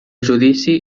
judici